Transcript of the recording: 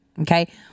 okay